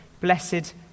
blessed